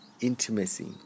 intimacy